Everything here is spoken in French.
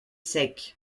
secs